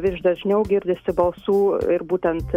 vis dažniau girdisi balsų ir būtent